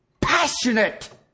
passionate